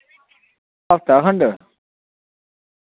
हफ्ता खंड